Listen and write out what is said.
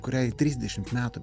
kuriai trisdešim metų